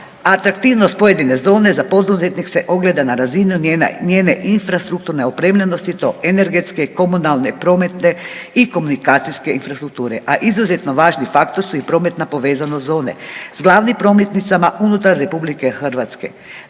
Atraktivnost pojedine zone za poduzetnike se ogleda na razini njene infrastrukturne opremljenosti i to energetske, komunalne, prometne i komunikacijske infrastrukture, a izuzetno važni faktor su i prometna povezanost zone s glavnim prometnicama unutar RH.